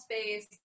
space